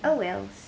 oh wells